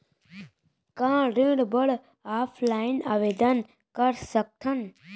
का ऋण बर ऑफलाइन आवेदन कर सकथन?